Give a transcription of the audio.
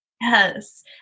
Yes